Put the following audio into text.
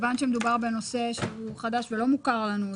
כיוון שמדובר בנושא שהוא חדש ולא מוכר לנו,